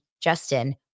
Justin